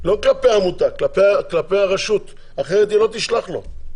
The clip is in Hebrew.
לא כלפי העמותה, כלפי הרשות, אחרת היא לא תשלח לו.